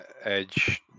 edge